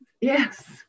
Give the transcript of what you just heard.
yes